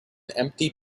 empty